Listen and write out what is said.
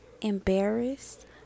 embarrassed